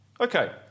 Okay